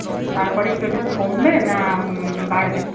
তারপরে কি ওটা কমবে না বাড়বে